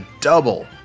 double